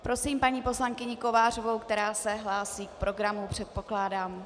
Prosím paní poslankyni Kovářovou, která se hlásí k programu, předpokládám.